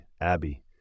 Abby